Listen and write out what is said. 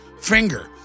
finger